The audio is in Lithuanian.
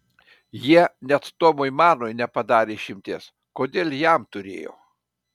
jie net tomui manui nepadarė išimties kodėl jam turėjo